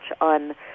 on